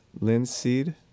linseed